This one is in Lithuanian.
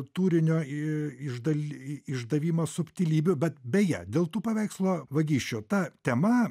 turinio i iš dal išdavimą subtilybių bet beje dėl tų paveikslo vagysčių ta tema